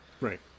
Right